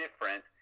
different